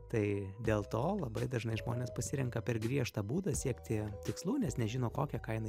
tai dėl to labai dažnai žmonės pasirenka per griežtą būdą siekti tikslų nes nežino kokią kainą